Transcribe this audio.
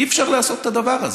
אי-אפשר לעשות את הדבר הזה,